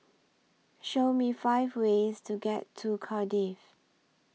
Show Me five ways to get to Cardiff